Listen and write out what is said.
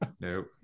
Nope